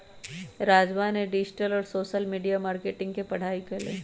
राजवा ने डिजिटल और सोशल मीडिया मार्केटिंग के पढ़ाई कईले है